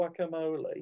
guacamole